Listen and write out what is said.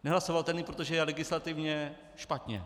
Nehlasovatelný, protože je legislativně špatně.